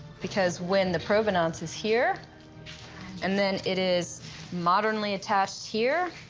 because when the provenance is here and then it is modernly attached here,